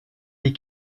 les